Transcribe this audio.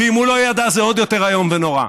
ואם הוא לא ידע זה עוד יותר איום ונורא.